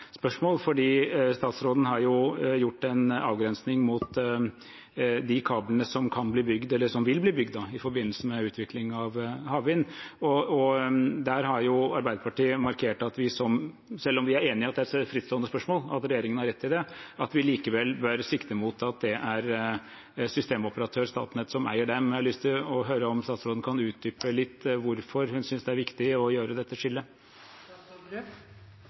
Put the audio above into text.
spørsmål, for statsråden har jo gjort en avgrensning mot de kablene som vil bli bygd i forbindelse med utvikling av havvind. Der har Arbeiderpartiet markert at selv om vi er enig i at det er et frittstående spørsmål, at regjeringen har rett til det, bør vi likevel sikte mot at det er systemoperatør Statnett som eier dem. Jeg har lyst til å høre om statsråden kan utdype litt hvorfor hun synes det er viktig å gjøre dette skillet.